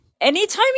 Anytime